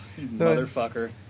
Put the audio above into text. Motherfucker